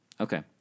Okay